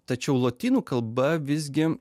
tačiau lotynų kalba visgi